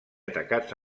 atacats